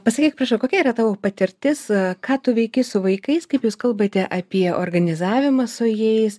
pasakyk prašau kokia yra tavo patirtis ką tu veiki su vaikais kaip jūs kalbate apie organizavimą su jais